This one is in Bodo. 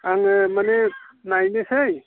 आङो माने नायनोसै